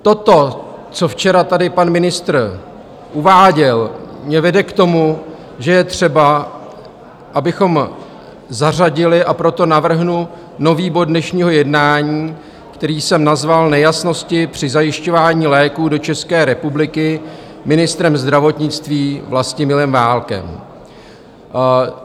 To, co tady včera pan ministr uváděl, mě vede k tomu, že je třeba, abychom zařadili a proto navrhnu nový bod dnešního jednání, který jsem nazval Nejasnosti při zajišťování léků do České republiky ministrem zdravotnictví Vlastimilem Válkem.